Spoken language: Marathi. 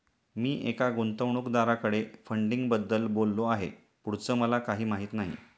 मी एका गुंतवणूकदाराकडे फंडिंगबद्दल बोललो आहे, पुढचं मला काही माहित नाही